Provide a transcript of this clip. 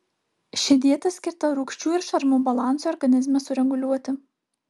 ši dieta skirta rūgščių ir šarmų balansui organizme sureguliuoti